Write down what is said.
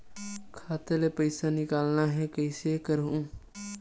खाता ले पईसा निकालना हे, कइसे करहूं?